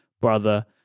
brother